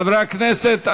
חברי הכנסת,